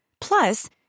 Plus